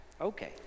Okay